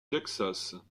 texas